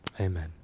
amen